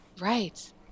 Right